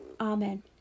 Amen